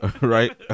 right